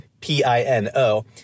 Pino